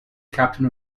captain